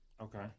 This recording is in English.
Okay